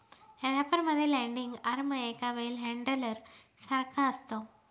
wrapper मध्ये landing arm एका bell handler सारखा असतो